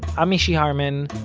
i'm mishy harman.